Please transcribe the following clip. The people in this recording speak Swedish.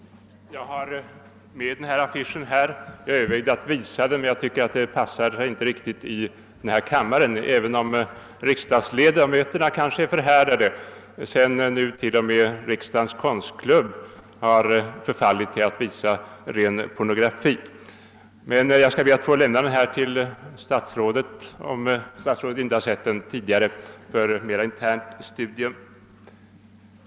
Jag har med mig den affischen här.. Jag var litet tveksam huruvida jag skulle visa den; jag tyckte inte att det riktigt passade att göra det här i kammaren, även om riksdagsledamöterna kanske är tillräckligt härdade, sedan nu t.o.m. Riksdagens konstklubb har förfallit till att visa ren pornografi. Jag skall emellertid be att få överlämna affischen till statsrådet för mera internt studium, om statsrådet inte har sett den tidigare.